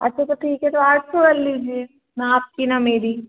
अच्छा तो ठीक है तो आठ सौ कर लीजिए ना आपकी न मेरी